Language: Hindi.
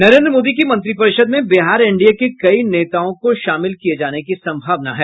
नरेन्द्र मोदी की मंत्रिपरिषद में बिहार एनडीए के कई नेताओं को शामिल किये जाने की संभावना है